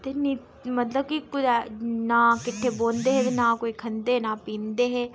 मतलब कि कुतै नां किट्ठे बौंह्दे हे ते नां कुतै खंदे हे नां कुतै पींदे हे